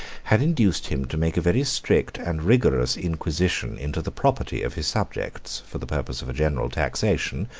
had induced him to make a very strict and rigorous inquisition into the property of his subjects, for the purpose of a general taxation,